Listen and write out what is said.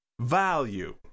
value